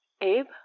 Abe